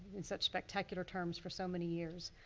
in such spectacular terms for so many years.